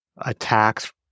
attacks